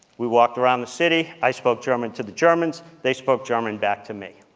we walked around the city. i spoke german to the germans, they spoke german back to me.